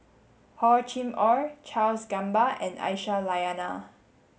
Hor Chim Or Charles Gamba and Aisyah Lyana